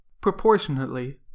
Proportionately